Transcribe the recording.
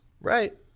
Right